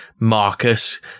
Marcus